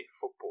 football